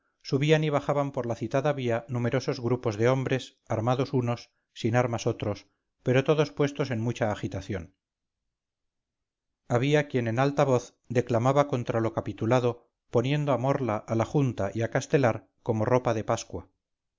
subían y bajaban por la citada vía numerosos grupos de hombres armados unos sin armas otros pero todos puestos en mucha agitación había quien en alta voz declamaba contra lo capitulado poniendo a morla a la junta y a castelar como ropa de pascua